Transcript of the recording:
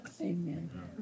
Amen